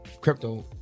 crypto